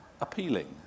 appealing